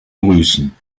grüßen